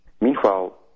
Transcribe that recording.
Meanwhile